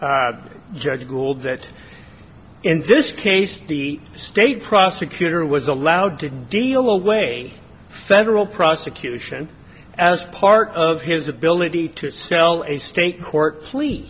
judge ruled that in this case the state prosecutor was allowed to deal away federal prosecution as part of his ability to tell a state court ple